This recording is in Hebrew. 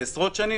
לעשרות שנים?